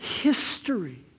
history